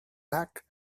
luck